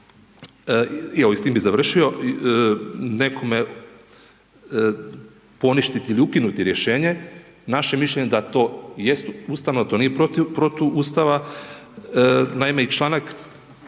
i evo, s tim bi završio nekome poništiti i9li ukinuti rješenje, naše mišljenje da to jest ustavno, da to nije protiv Ustava, naime i članak